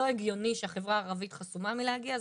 לא הגיוני שהחברה הערבית חסומה מלהגיע.